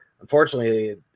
Unfortunately